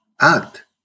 act